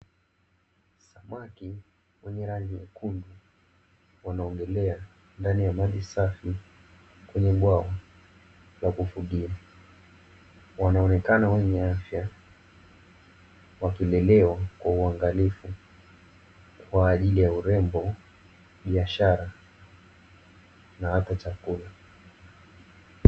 Samaki wenye rangi nyekundu wanaogelea ndani ya maji safi kwenye bwawa la kufugia, wanaonekana wenye afya wakilelewa kwa uangalifu kwa ajili ya urembo, biashara na hata chakula.